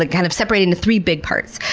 like kind of separating the three big parts.